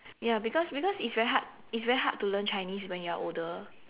ya because because it's very hard it's very hard to learn Chinese when you're older